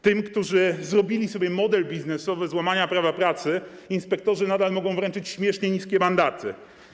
Tym, którzy zrobili sobie model biznesowy z łamania prawa pracy, inspektorzy nadal mogą wręczyć śmiesznie niskie mandaty.